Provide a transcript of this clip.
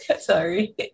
Sorry